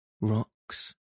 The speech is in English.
rocks